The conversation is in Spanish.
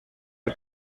del